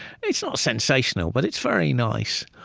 it's not sensational, but it's very nice.